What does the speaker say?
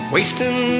Wasting